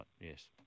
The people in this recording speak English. yes